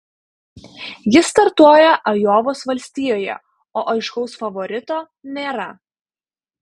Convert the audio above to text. jis startuoja ajovos valstijoje o aiškaus favorito nėra